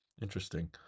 Interesting